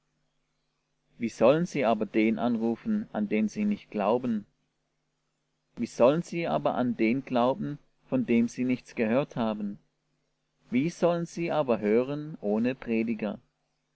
wie sollen sie aber den anrufen an den sie nicht glauben wie sollen sie aber an den glauben von dem sie nichts gehört haben wie sollen sie aber hören ohne prediger